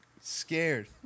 Scared